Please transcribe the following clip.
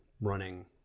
running